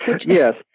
Yes